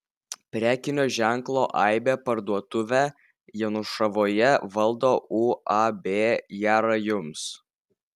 prekinio ženklo aibė parduotuvę janušavoje valdo uab jara jums